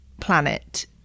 planet